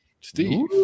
Steve